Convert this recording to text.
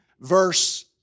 verse